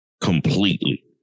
completely